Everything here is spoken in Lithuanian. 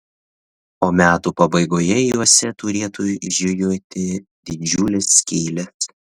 o metų pabaigoje juose turėtų žiojėti didžiulės skylės